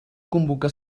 convocar